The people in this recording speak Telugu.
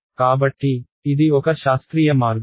కాబట్టి ఇది ఒక శాస్త్రీయ మార్గం